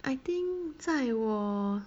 I think 在我